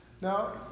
Now